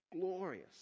Glorious